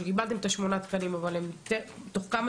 בגלל שקיבלתם את השמונה תקנים אבל תוך כמה